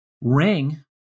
Ring